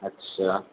اچھا